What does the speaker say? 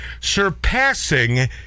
surpassing